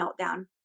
meltdown